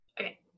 Okay